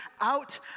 out